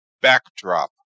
backdrop